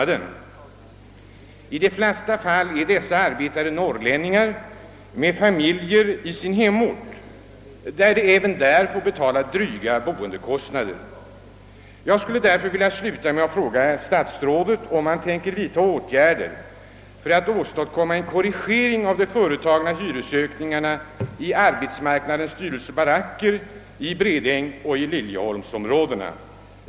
I de flesta fall är dessa arbetare norrlänningar med familj i hemorten, där de också får betala dryga boendekostnader. Jag skulle därför vilja sluta mitt anförande med att fråga statsrådet, om han tänker vidta åtgärder för att åstadkomma korrigeringar i de företagna hyreshöjningarna i arbetsmarknadsstyrelsens baracker i Bredängsoch Liljeholms-områdena.